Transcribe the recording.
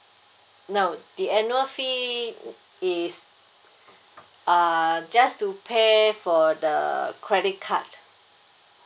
no the annual fee is err just to pay for the credit card